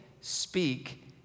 speak